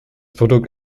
produkt